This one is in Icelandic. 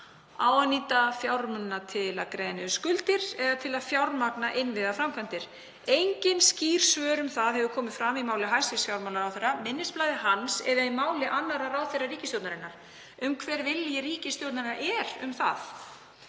Á að nýta fjármunina til að greiða niður skuldir eða til að fjármagna innviðaframkvæmdir? Engin skýr svör um það hafa komið fram í máli hæstv. fjármálaráðherra, minnisblaði hans eða í máli annarra ráðherra ríkisstjórnarinnar um hver vilji ríkisstjórnarinnar er um það.